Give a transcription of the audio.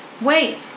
Wait